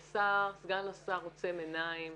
סגן השר עוצם עיניים.